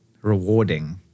rewarding